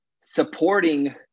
supporting